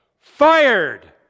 Fired